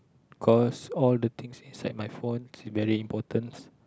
cause all the things inside my phone is very important